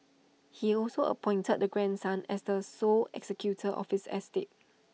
he also appointed the grandson as the sole executor of his estate